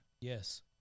Yes